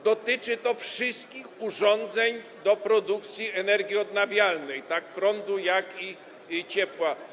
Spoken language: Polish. Dotyczy to wszystkich urządzeń do produkcji energii odnawialnej tak prądu, jak i ciepła.